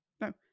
No